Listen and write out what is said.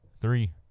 three